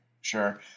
Sure